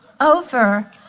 over